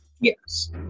yes